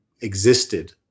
existed